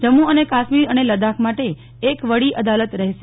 જમ્મુ અને કાશ્મીર અને લદાખ માટે એક વડી અદાલત રહેશે